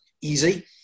easy